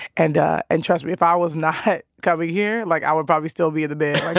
and and trust me. if i was not coming here, like, i would probably still be in the bed, like